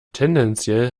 tendenziell